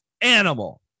Animal